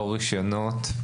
לא רישיונות,